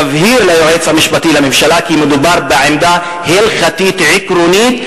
תבהיר ליועץ המשפטי לממשלה כי מדובר בעמדה הלכתית עקרונית,